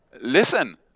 listen